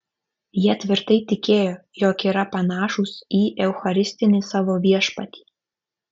jie tvirtai tikėjo jog yra panašūs į eucharistinį savo viešpatį